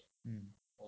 mm